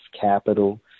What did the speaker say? capital